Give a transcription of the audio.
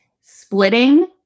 splitting